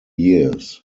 years